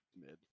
mid